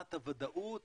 שרמת הוודאות